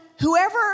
whoever